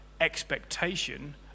Expectation